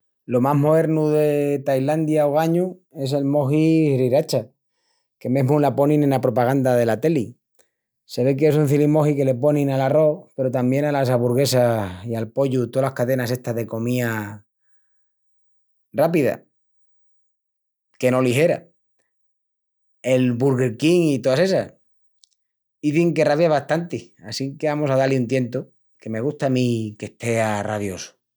Lo más moernu de Tailandia ogañu es el moji sriracha, que mesmu la ponin ena propaganda dela teli. Se vei qu'es un cilimoji que le ponin al arrós peru tamién alas aburguesas i al pollu tolas cadenas estas de comía rápida, que no ligera. El Burger King i toas essas. Izin que ravia bastanti assinque amus a da-li un tientu que me gusta a mí que estea raviosu.